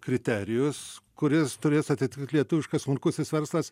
kriterijus kuris turės atiti lietuviškas smulkusis verslas